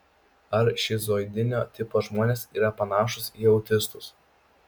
ar šizoidinio tipo žmonės yra panašūs į autistus